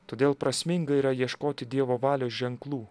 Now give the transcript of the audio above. todėl prasminga yra ieškoti dievo valios ženklų